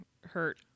hurt